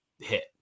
hit